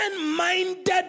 minded